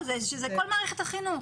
זאת כל מערכת החינוך.